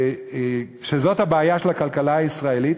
זאת הבעיה של הכלכלה הישראלית.